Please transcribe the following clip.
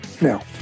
now